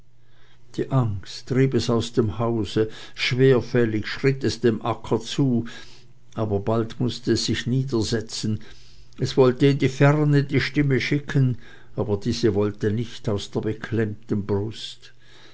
die angst trieb es aus dem hause schwerfällig schritt es dem acker zu aber bald mußte es sich niedersetzen es wollte in die ferne die stimme schicken aber diese wollte nicht aus der beklemmten brust